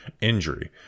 injury